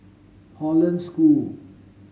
Hollandse School